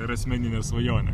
ir asmeninė svajonė